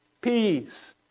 Peace